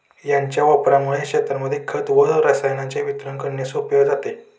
याच्या वापरामुळे शेतांमध्ये खत व रसायनांचे वितरण करणे सोपे जाते